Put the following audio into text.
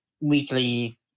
weekly